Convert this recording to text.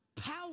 Power